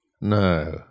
No